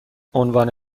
عنوان